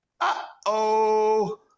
Uh-oh